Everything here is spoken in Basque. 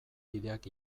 kideak